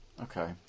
Okay